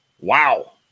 wow